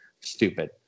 stupid